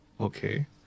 Okay